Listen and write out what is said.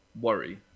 worry